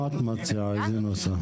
מה את מציעה, איזה נוסח?